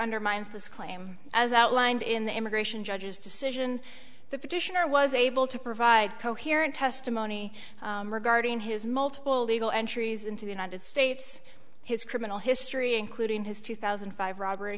undermines this claim as outlined in the immigration judge's decision the petitioner was able to provide coherent testimony regarding his multiple legal entries into the united states his criminal history including his two thousand and five robbery